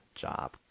job